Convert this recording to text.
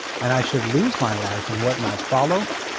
and i should lose my life in what might follow,